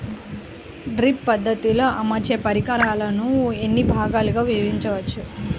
Drip పద్ధతిలో అమర్చే పరికరాలను ఎన్ని భాగాలుగా విభజించవచ్చు?